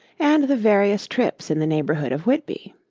and the various trips in the neighbourhood of whitby.